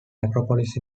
necropolis